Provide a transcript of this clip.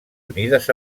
unides